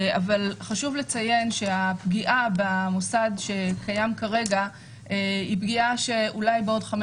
אבל חשוב לציין שהפגיעה במוסד שקיים כרגע היא פגיעה שאולי בעוד חמש